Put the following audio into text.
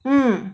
mm